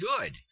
good